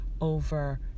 over